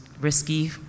risky